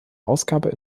ausgabe